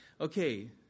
okay